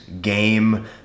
game